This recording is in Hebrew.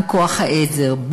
גם כוח העזר,